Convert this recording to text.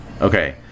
Okay